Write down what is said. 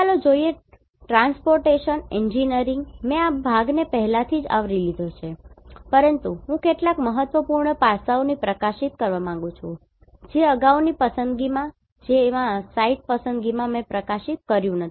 હવે ચાલો જોઈએ ટ્રાન્સપોર્ટેશન એન્જિનિયરિંગ મેં આ ભાગને પહેલાથી જ આવરી લીધો છે પરંતુ હું કેટલાક મહત્વપૂર્ણ પાસાઓને પ્રકાશિત કરવા માંગુ છું જે અગાઉની પસંદગીમાં જેમ સાઇટ પસંદગીમાં મેં પ્રકાશિત નથી કર્યું